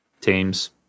teams